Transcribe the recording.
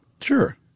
Sure